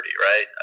right